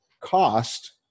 cost